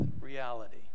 reality